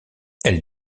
elle